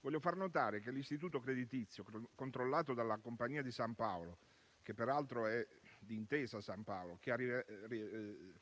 Voglio far notare che l'istituto creditizio controllato dalla Compagnia di San Paolo, che peraltro è Intesa San Paolo, che ha rilevato